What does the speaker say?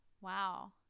Wow